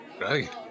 Right